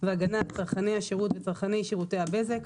והגנת צרכני השירות וצרכני שירותי הבזק.